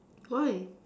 why